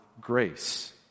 grace